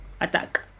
attack